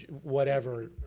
whatever,